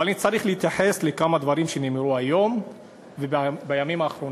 אבל אני צריך להתייחס לכמה דברים שנאמרו היום ובימים האחרונים.